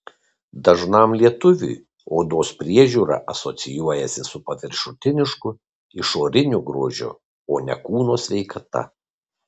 dažnam lietuviui odos priežiūra asocijuojasi su paviršutinišku išoriniu grožiu o ne kūno sveikata